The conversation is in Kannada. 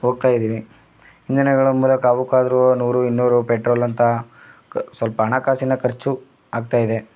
ಹೋಗ್ತಾಯಿದ್ದೀವಿ ಇಂಧನಗಳ ಮೂಲಕ ಅವಕ್ಕಾದ್ರೂ ನೂರು ಇನ್ನೂರು ಪೆಟ್ರೋಲ್ಲಂತಹ ಸ್ವಲ್ಪ ಹಣಕಾಸಿನ ಖರ್ಚು ಆಗ್ತಾಯಿದೆ